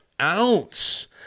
ounce